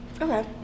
Okay